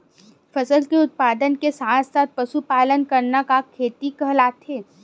फसल के उत्पादन के साथ साथ पशुपालन करना का खेती कहलाथे?